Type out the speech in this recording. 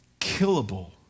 killable